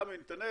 עמי ונתנאל,